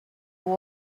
who